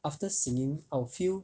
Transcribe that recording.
after singing I'll feel